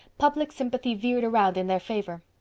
public sympathy veered around in their favor.